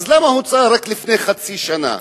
למה היא הוצאה רק לפני חצי שנה?